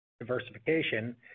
diversification